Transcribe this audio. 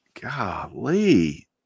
Golly